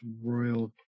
Royal